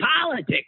politics